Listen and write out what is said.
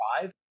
five